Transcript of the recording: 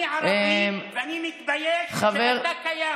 אני ערבי ואני מתבייש שאתה קיים.